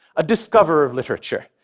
a discoverer of literature,